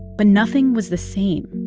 but nothing was the same,